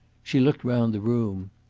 she looked round the room.